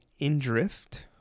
Indrift